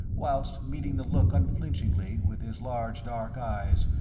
whilst meeting the look unflinchingly with his large dark eyes,